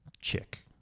Chick